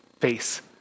face